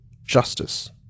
justice